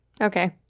Okay